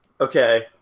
Okay